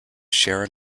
sharon